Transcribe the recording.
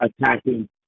attacking